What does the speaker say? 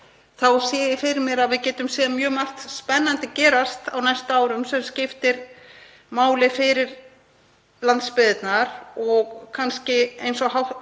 Þá sé ég fyrir mér að við getum séð mjög margt spennandi gerast á næstu árum sem skiptir máli fyrir landsbyggðina. Kannski, eins og hæstv.